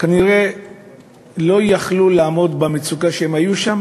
כנראה לא יכלו לעמוד במצוקה שהם היו בה,